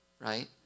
right